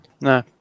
No